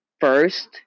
first